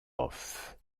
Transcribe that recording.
hof